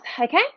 okay